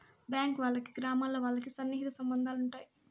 bank వాళ్ళకి గ్రామాల్లో వాళ్ళకి సన్నిహిత సంబంధాలు ఉంటాయి